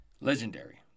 Legendary